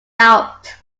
out